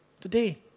today